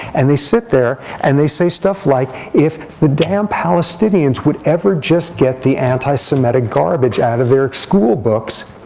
and they sit there. and they say stuff like, if the damn palestinians would ever just get the anti-semitic garbage out of their school books,